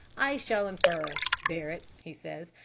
i shall infer, barret', he says,